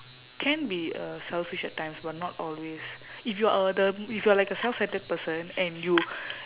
can be uh selfish at times but not always if you are a the if you are like a self centred person and you